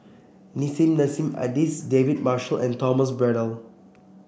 Nissim Nassim Adis David Marshall and Thomas Braddell